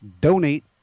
donate